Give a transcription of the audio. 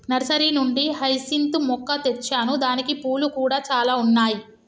nursery నుండి hyacinth మొక్క తెచ్చాను దానికి పూలు కూడా చాల ఉన్నాయి